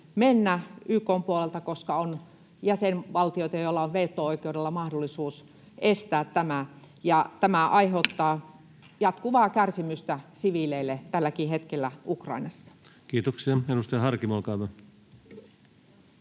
mennä YK:n puolelta, koska on jäsenvaltioita, joilla on veto-oikeudella mahdollisuus estää tämä, ja tämä aiheuttaa jatkuvaa kärsimystä siviileille tälläkin hetkellä Ukrainassa. Kiitoksia. — Edustaja Harkimo, olkaa hyvä.